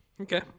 Okay